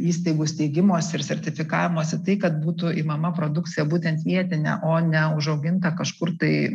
įstaigų steigimuose ir sertifikavimuose tai kad būtų imama produkcija būtent vietinė o ne užauginta kažkur tai